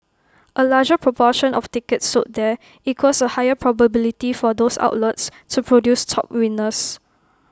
A larger proportion of tickets sold there equals A higher probability for those outlets to produce top winners